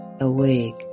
Awake